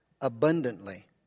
abundantly